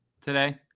today